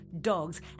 dogs